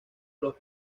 los